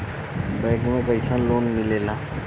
Bank से कइसे loan मिलेला?